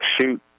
shoot